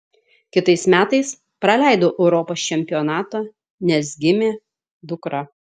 kitais metais praleidau europos čempionatą nes gimė dukra